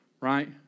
right